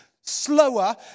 slower